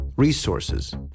resources